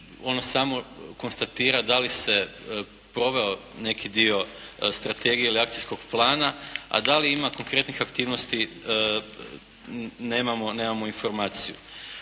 ono samo konstatira da li se proveo neki dio strategije ili akcijskog plana, a da li ima konkretnih aktivnosti, nemamo informaciju.